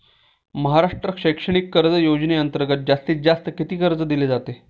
महाराष्ट्र शैक्षणिक कर्ज योजनेअंतर्गत जास्तीत जास्त किती कर्ज दिले जाते?